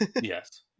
Yes